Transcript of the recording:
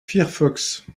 firefox